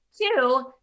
Two